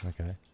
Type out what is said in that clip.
Okay